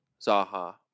Zaha